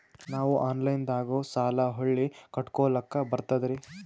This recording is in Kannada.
ನಾವು ಆನಲೈನದಾಗು ಸಾಲ ಹೊಳ್ಳಿ ಕಟ್ಕೋಲಕ್ಕ ಬರ್ತದ್ರಿ?